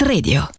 Radio